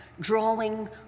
Drawing